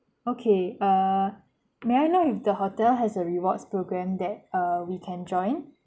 okay err may I know if the hotel has a rewards program that err we can join